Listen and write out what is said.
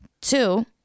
Two